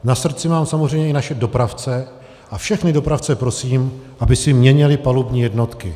Na srdci mám samozřejmě i naše dopravce a všechny dopravce prosím, aby si měnili palubní jednotky.